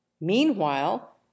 meanwhile